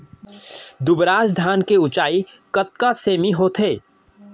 दुबराज धान के ऊँचाई कतका सेमी होथे?